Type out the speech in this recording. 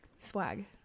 swag